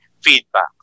feedback